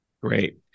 Great